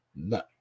No